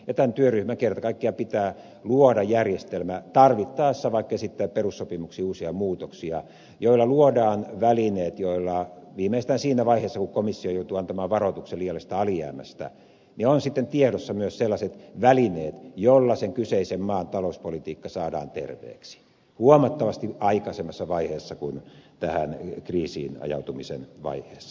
tämän työryhmän kerta kaikkiaan pitää luoda järjestelmä tarvittaessa vaikka esittää perussopimuksiin uusia muutoksia joilla luodaan välineet joilla viimeistään siinä vaiheessa kun komissio joutuu antamaan varoituksen liiallisesta alijäämästä on tiedossa myös sellaiset välineet jolla kyseisen maan talouspolitiikka saadaan terveeksi huomattavasti aikaisemmassa vaiheessa kuin tähän kriisiin ajautumisen vaiheessa